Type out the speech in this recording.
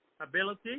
ability